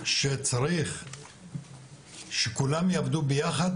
שצריך שכולם יעבדו ביחד,